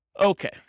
Okay